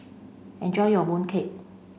enjoy your mooncake